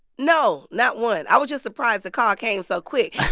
no, not one. i was just surprised the call came so quick